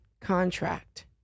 contract